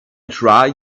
try